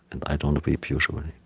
and i don't weep usually.